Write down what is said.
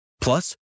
Plus